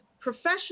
professional